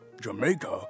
Jamaica